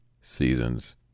seasons